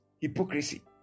Hypocrisy